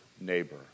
neighbor